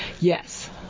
Yes